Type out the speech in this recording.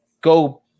go